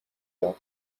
یاد